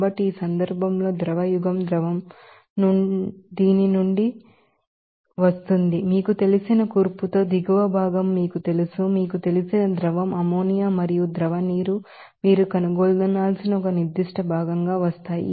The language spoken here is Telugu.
కాబట్టి ఈ సందర్భంలో లిక్విడ్ దీని నుండి వస్తుంది మీకు తెలిసిన కంపోసిషన్ తో దిగువ భాగం మీకు తెలుసు మీకు తెలిసిన లిక్విడ్ అమ్మోనియా మరియు ద్రవ నీరు మీరు కనుగొనాల్సిన ఒక నిర్దిష్ట భాగంగా వస్తాయి